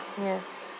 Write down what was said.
Yes